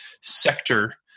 sector